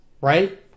right